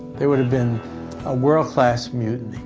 there would have been a world-class mutiny,